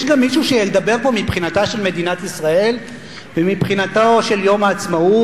יש גם מישהו שידבר פה מבחינתה של מדינת ישראל ומבחינתו של יום העצמאות?